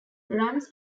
runs